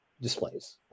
displays